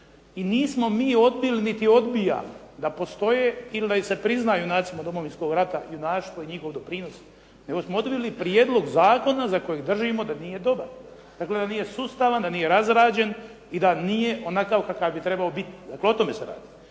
mi nismo mi ni odbili, niti odbijamo da postoje ili da se priznaju junaci Domovinskog rata, junaštvo i njihov doprinos, nego smo odbili prijedlog zakona za koji držimo da nije dobar. Tako da nije sustavan, da nije razrađen i da nije onakav kakav bi trebao biti. O tome se radi.